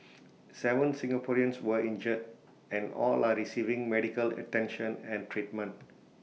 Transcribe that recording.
Seven Singaporeans were injured and all are receiving medical attention and treatment